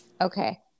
Okay